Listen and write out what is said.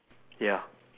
ya